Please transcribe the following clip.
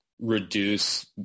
Reduce